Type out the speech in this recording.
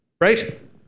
right